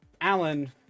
Alan